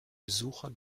besucher